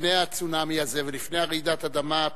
לפני הצונאמי הזה ולפני רעידת האדמה,